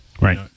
Right